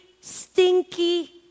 stinky